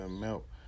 milk